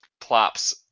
plops